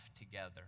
together